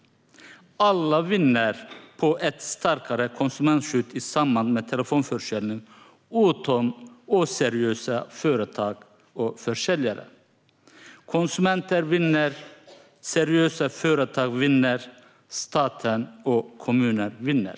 Alla vinner på ett starkare konsumentskydd i samband med telefonförsäljning, utom oseriösa företag och försäljare. Konsumenter vinner, seriösa företag vinner, staten och kommunerna vinner.